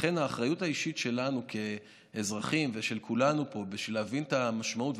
לכן זו האחריות האישית שלנו כאזרחים ושל כולנו פה להבין את המשמעות,